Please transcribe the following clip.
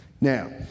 Now